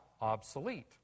obsolete